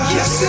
Yes